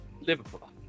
Liverpool